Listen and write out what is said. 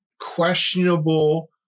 questionable